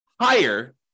higher